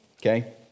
Okay